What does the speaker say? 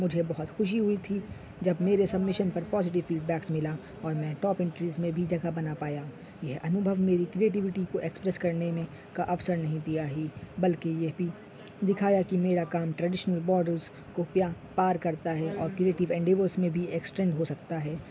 مجھے بہت خوشی ہوئی تھی جب میرے سبمیشن پر پازیٹیو فیڈبیکس ملا اور میں ٹاپ انٹریز میں بھی جگہ بنا پایا یہ انوبھو میری کریٹیویٹی کو ایکسپریس کرنے میں کا اوسر نہیں دیا ہی بلکہ یہ پی دکھایا کہ میرا کام ٹریڈشنل بارڈرز کو پیا پار کرتا ہے اور کریٹیو اینڈیورس میں بھی ایکسٹینڈ ہو سکتا ہے